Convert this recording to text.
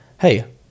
Hey